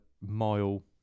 mile